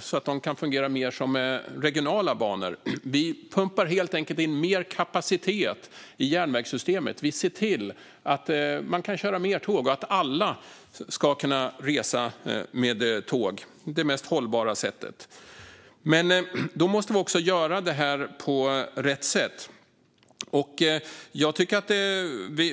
så att de kan fungera mer som regionala banor. Vi pumpar helt enkelt in mer kapacitet i järnvägssystemet. Vi ser till att man kan köra mer tåg och att alla ska kunna resa med tåg, som är det mest hållbara sättet. Men vi måste göra det på rätt sätt.